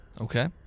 Okay